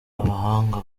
abahanga